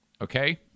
Okay